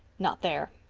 not there.